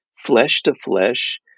flesh-to-flesh